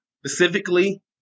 specifically